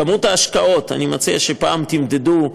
כמות ההשקעות, אני מציע שפעם תמדדו,